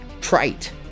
trite